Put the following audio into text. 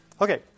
Okay